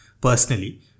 personally